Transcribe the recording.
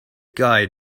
guy